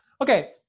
Okay